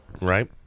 right